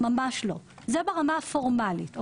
זה ברמה הפורמלית.